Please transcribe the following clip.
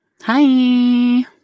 Hi